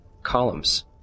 columns